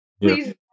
please